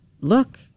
look